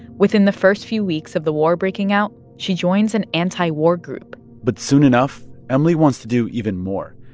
within the first few weeks of the war breaking out, she joins an anti-war group but soon enough, enough, emily wants to do even more.